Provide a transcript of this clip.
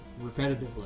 repetitively